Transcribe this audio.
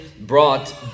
brought